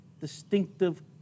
distinctive